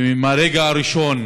ומהרגע הראשון